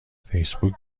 فیسبوک